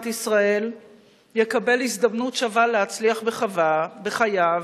ישראל יקבל הזדמנות שווה להצליח בחייו,